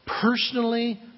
personally